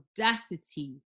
audacity